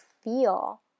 feel